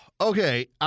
okay